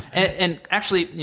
and actually,